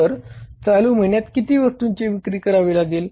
तर चालू महिन्यात किती वस्तूंची विक्री करावी लागेल